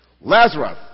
Lazarus